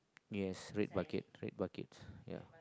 yes red bucket red bucket ya